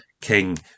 king